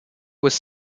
was